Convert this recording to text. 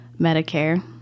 Medicare